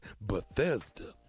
Bethesda